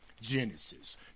Genesis